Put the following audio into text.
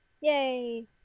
Yay